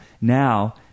now